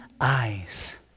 eyes